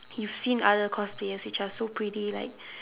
you seen other cosplayers which are so pretty like